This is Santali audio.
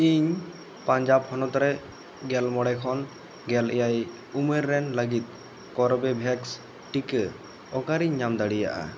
ᱤᱧ ᱯᱟᱧᱡᱟᱵᱽ ᱦᱚᱱᱚᱛ ᱨᱮ ᱜᱮᱞ ᱢᱚᱬᱮ ᱠᱷᱚᱱ ᱜᱮᱞ ᱮᱭᱟᱭ ᱩᱢᱮᱨᱱ ᱨᱮᱱ ᱞᱟᱹᱜᱤᱫ ᱠᱳᱨᱵᱮᱵᱦᱮᱠᱥ ᱴᱤᱠᱟᱹ ᱚᱠᱟᱨᱤᱧ ᱧᱟᱢ ᱫᱟᱲᱮᱭᱟᱜᱼᱟ